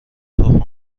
تخم